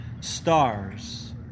stars